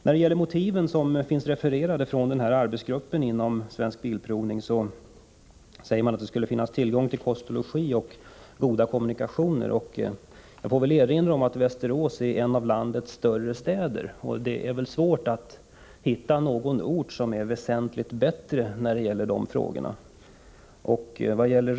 Som motiv för sin bedömning anger arbetsgruppen inom Svensk Bilprovning bl.a. att det bör finns tillgång till kost och logi och goda kommunikationer. Jag får då erinra om att Västerås är en av landets större städer, och det är säkert svårt att hitta någon ort som är väsentligt bättre i de här avseendena.